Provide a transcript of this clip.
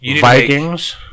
Vikings